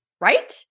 right